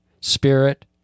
Spirit